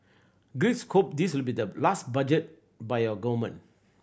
Greeks hope this will be the last budget by your government